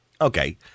Okay